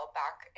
back